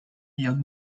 lloc